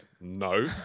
no